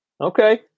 Okay